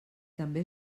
també